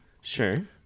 Sure